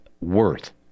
worth